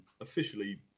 Officially